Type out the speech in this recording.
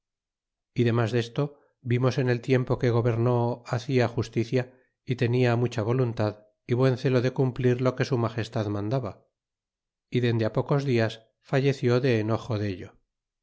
y demas desto vimos en el tiempo que gobernó hacia justicia y tenia mucha voluntad y buen zelo de tunee lo que su magestad mandaba rdelede pocos dias falleció de enojo dello